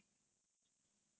you leh